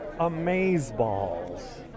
amazeballs